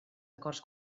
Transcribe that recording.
acords